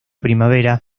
primavera